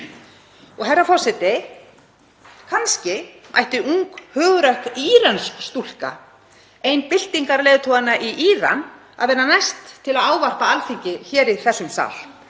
Herra forseti. Kannski ætti ung, hugrökk írönsk stúlka, ein byltingarleiðtoganna í Íran, að vera næst til að ávarpa Alþingi hér í þessum sal,